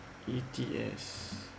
E_T_S